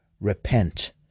repent